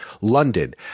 london